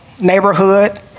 neighborhood